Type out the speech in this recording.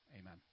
amen